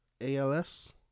ALS